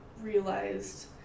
realized